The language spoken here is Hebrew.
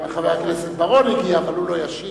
אולי חבר הכנסת בר-און הגיע, אבל הוא לא ישיב.